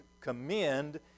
commend